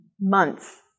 months